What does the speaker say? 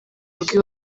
rugo